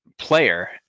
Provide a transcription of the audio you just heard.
Player